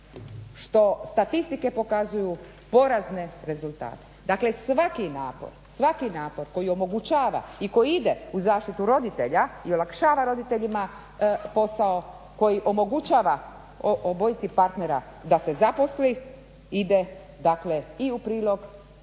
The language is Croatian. što statistike pokazuju porazne rezultate. Dakle svaki napor koji omogućava i koji ide u zaštitu roditelja i olakšava roditeljima posao, koji omogućava obojici partnera da se zaposle ide dakle i u prilog